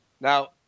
Now